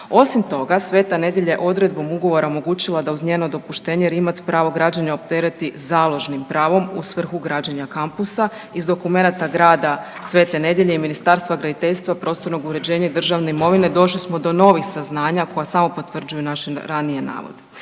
Osim toga, Sveta Nedelja je odredbom ugovora omogućila da uz njeno dopuštenje Rimac pravo građenja optereti založnim pravom u svrhu građenja kampusa, iz dokumenata grada Svete Nedelje i Ministarstva graditeljstva, prostornog uređenja i državne imovine došli smo do novih saznanja koja samo potvrđuju naše ranije navode.